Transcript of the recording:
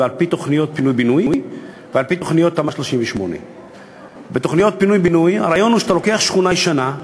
על-פי תוכניות פינוי-בינוי ועל-פי תוכניות תמ"א 38. בתוכניות פינוי-בינוי הרעיון הוא שאתה לוקח שכונה ישנה,